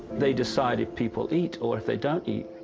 they decide if people eat or if they don't eat,